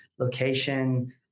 location